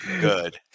good